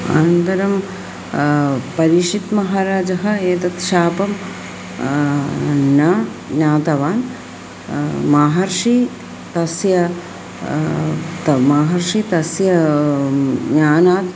अनन्तरं परीक्षितः महाराजः एतत् शापं न ज्ञातवान् महर्षिः तस्य तं महर्षि तस्य ज्ञानात्